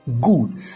Good